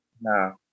No